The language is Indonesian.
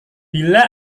bila